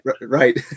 Right